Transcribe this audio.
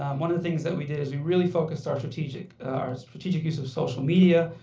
um one of the things that we did is we really focused our strategic our strategic use of social media.